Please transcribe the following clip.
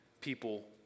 people